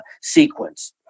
sequence